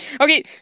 Okay